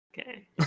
Okay